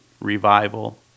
revival